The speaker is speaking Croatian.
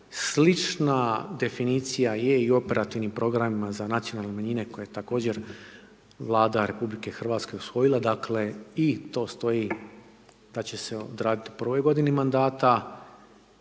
Slična definicija je i u operativnim programima za nacionalne manjine koje je također Vlada RH usvojila, dakle i to stoji da će odraditi u prvoj godini mandata.